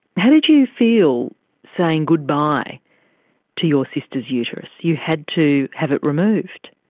how did you feel saying goodbye to your sister's uterus? you had to have it removed.